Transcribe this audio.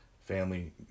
family